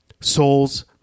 souls